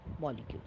molecules